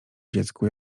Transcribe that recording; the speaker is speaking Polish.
dziecku